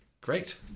great